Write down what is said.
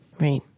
Right